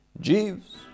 Jeeves